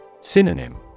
Synonym